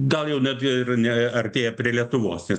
gal jau net ir ne artėja prie lietuvos nes